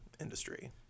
industry